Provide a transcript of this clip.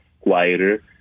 quieter